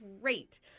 great